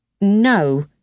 no